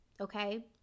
okay